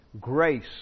Grace